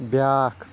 بیٛاکھ